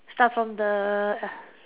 start from the